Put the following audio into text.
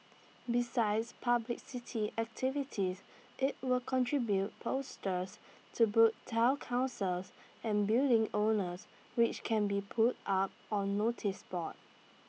besides publicity activities IT will contribute posters to Town councils and building owners which can be put up on noticeboards